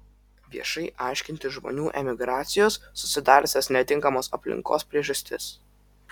viešai aiškintis žmonių emigracijos susidariusios netinkamos aplinkos priežastis